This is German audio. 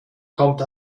kommt